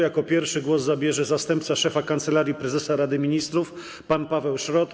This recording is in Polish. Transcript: Jako pierwszy głos zabierze zastępca szefa Kancelarii Prezesa Rady Ministrów pan Paweł Szrot.